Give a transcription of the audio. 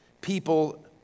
people